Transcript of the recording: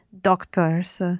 doctors